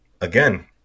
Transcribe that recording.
again